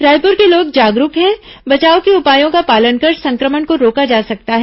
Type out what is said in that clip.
रायपुर के लोग जागरूक हैं बचाव के उपायों का पालन कर संक्रमण को रोका जा सकता है